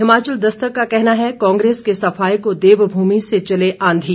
हिमाचल दस्तक का कहना है कांग्रेस के सफाए को देवभूमि से चले आंधी